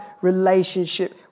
relationship